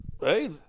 hey –